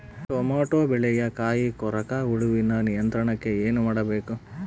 Tomato ಬೆಳೆಯ ಕಾಯಿ ಕೊರಕ ಹುಳುವಿನ ನಿಯಂತ್ರಣಕ್ಕೆ ಏನು ಮಾಡಬೇಕು?